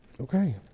Okay